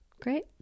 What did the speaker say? great